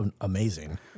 amazing